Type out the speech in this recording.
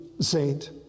saint